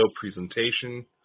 presentation